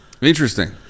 Interesting